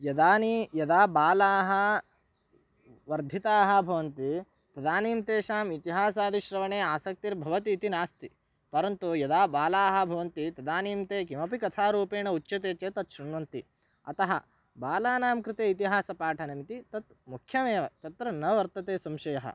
इदानीं यदा बालाः वर्धिताः भवन्ति तदानीं तेषाम् इतिहासादिश्रवणे आसक्तिर्भवति इति नास्ति परन्तु यदा बालाः भवन्ति तदानीं ते किमपि कथारूपेण उच्यते चेत् तत् श्रुण्वन्ति अतः बालानां कृते इतिहासपाठनमिति तत् मुख्यमेव तत्र न वर्तते संशयः